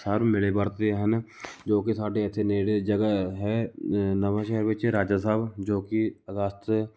ਸਭ ਮਿਲੇ ਵਰਤਦੇ ਹਨ ਜੋ ਕਿ ਸਾਡੇ ਇੱਥੇ ਨੇੜੇ ਜਗ੍ਹਾ ਹੈ ਨਵਾਂਸ਼ਹਿਰ ਵਿੱਚ ਰਾਜਾ ਸਾਹਿਬ ਜੋ ਕਿ ਅਗਸਤ